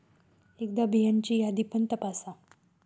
एकदा बियांची यादी पण तपासा